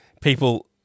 people